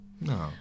No